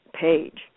page